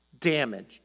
damaged